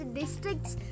districts